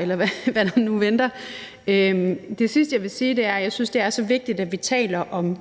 eller hvad der nu venter, og det sidste, jeg vil sige, er, at jeg synes, det er så vigtigt, at vi taler om